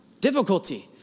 difficulty